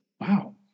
Wow